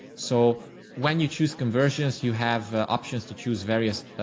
so when you choose conversions, you have options to choose various